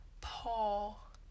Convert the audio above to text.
Paul